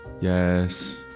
Yes